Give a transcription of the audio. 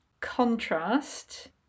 Contrast